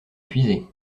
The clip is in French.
épuisé